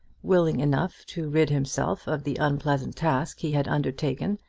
willing enough to rid himself of the unpleasant task he had undertaken,